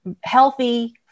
healthy